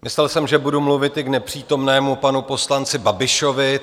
Myslel jsem, že budu mluvit i k nepřítomnému panu poslanci Babišovi.